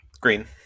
Green